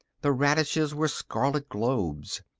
the radishes were scarlet globes.